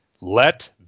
Let